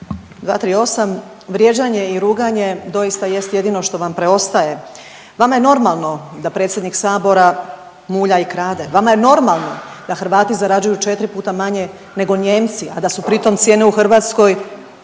238, vrijeđanje i ruganje doista jest jedino što vam preostaje. Vama je normalno da predsjednik Sabora mulja i krade, vama je normalno da Hrvati zarađuju 4 puta manje nego Nijemci, a da su pritom cijene u Hrvatskoj